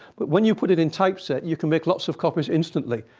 but when you put it in typeset, you can make lots of copies instantly.